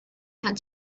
had